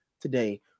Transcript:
today